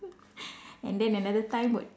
and then another time would